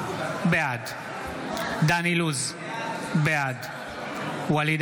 בעד דן אילוז, בעד ואליד